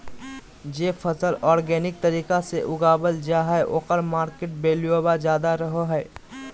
जे फसल ऑर्गेनिक तरीका से उगावल जा हइ ओकर मार्केट वैल्यूआ ज्यादा रहो हइ